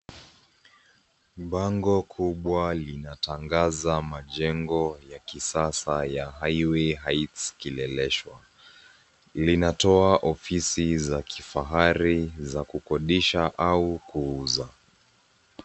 Bango kubwa linatangaza majengo ya kisasa ya Highway heingts kileleshwa, linatoa ofisi za kifahari za kukodisha au kuuza.